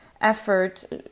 effort